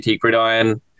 Gridiron